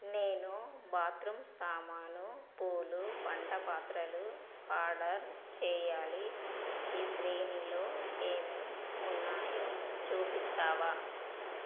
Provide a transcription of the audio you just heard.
నేను బాత్రూమ్ సామాను పూలు వంటపాత్రలు ఆర్డర్ చేయాలి ఈ శ్రేణిలో ఏమేమి ఉన్నాయో చూపిస్తావా